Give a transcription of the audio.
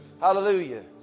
hallelujah